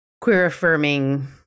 queer-affirming